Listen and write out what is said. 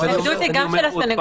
ההתנגדות היא גם של הסנגוריה.